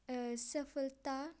ਸਫਲਤਾ